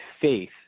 faith